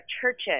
churches